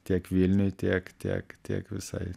tiek vilniui tiek tiek tiek visai